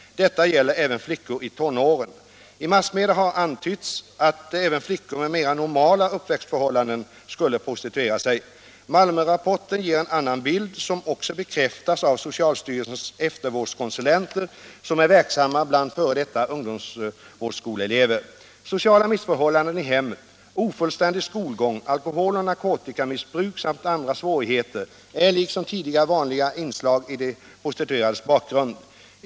Detta gäller även flickor i tonåren. I massmedia har antytts att även flickor med mera normala uppväxtförhållanden skulle prostituera sig. Malmörapporten ger en annan bild, som också bekräftas av socialstyrelsens eftervårdskonsulenter som är verksamma bland f. d. ungdomsvårdsskoleelever. Sociala missförhållanden i hemmet, ofullständig skolgång, alkohol och narkotikamissbruk samt andra svårigheter är liksom tidigare vanliga inslag i de prostituerades bakgrund.